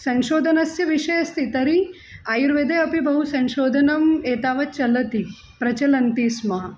संशोधनस्य विषयः अस्ति तर्हि आयुर्वेदे अपि बहु संशोधनम् एतावत् चलति प्रचलन्ति स्मः